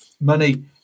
money